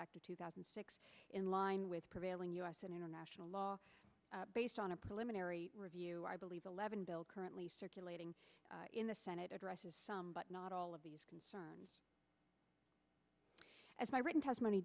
of two thousand and six in line with prevailing u s and international law based on a preliminary review i believe eleven bill currently circulating in the senate addresses some but not all of these concerns as my written testimony